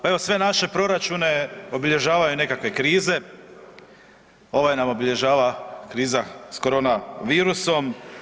Pa evo, sve naše proračune obilježavaju nekakve krize, ova nam obilježava kriza s koronavirusom.